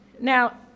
Now